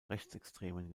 rechtsextremen